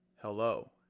Hello